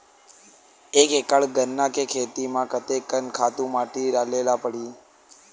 एक एकड़ गन्ना के खेती म कते कन खातु माटी डाले ल पड़ही?